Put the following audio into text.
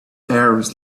arabs